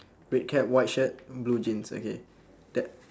red cap white shirt blue jeans okay that